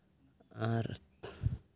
ᱟᱨ